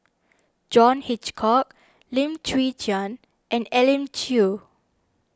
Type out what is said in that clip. John Hitchcock Lim Chwee Chian and Elim Chew